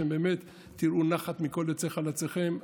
בעזרת השם, שתראו נחת מכל יוצאי חלציכם.